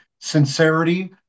Sincerity